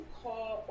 call